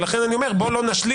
לכן אני מציע לא להשליך